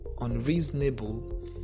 unreasonable